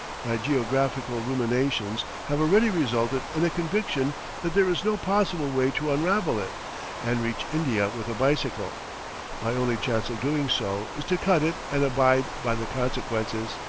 my geographical ruminations have already resulted in a conviction that there is no possible way to unravel it and reach india with a bicycle my only chance of doing so is to cut it and abide by the consequences.